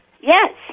Yes